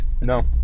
No